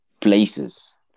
Places